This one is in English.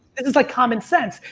this is like common sense.